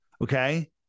okay